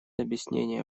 объяснения